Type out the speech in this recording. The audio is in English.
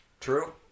True